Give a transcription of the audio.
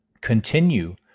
Continue